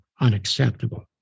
unacceptable